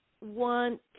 want